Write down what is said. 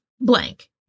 blank